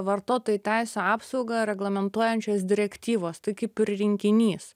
vartotojų teisių apsaugą reglamentuojančios direktyvos tai kaip ir rinkinys